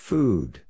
Food